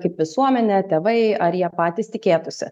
kaip visuomenė tėvai ar jie patys tikėtųsi